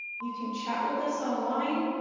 you can chat with us online,